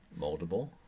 moldable